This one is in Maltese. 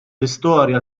istorja